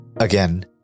Again